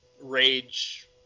rage